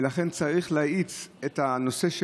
ולכן צריך להאיץ את הנושא.